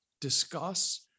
discuss